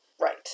Right